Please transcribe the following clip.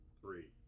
Three